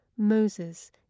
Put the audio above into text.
Moses